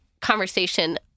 conversation